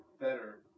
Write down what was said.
better